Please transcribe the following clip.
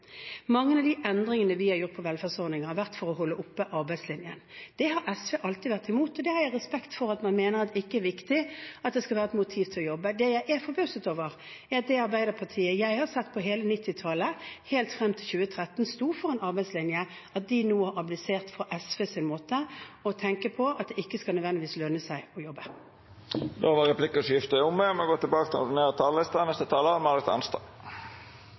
Mange av de endringene vi har gjort på velferdsordningene, har vært for å holde oppe arbeidslinjen. Det har SV alltid vært imot. Jeg har respekt for at man mener det ikke er viktig at det skal være et motiv for å jobbe. Det jeg er forbauset over, er at Arbeiderpartiet, som jeg har sett på hele 1990-tallet og helt frem til 2013 sto for en arbeidslinje, nå har abdisert for SVs måte å tenke på, at det ikke nødvendigvis skal lønne seg å jobbe. Replikkordskiftet er omme. Arbeiderparti–Senterparti-regjeringen får i dag tilslutning til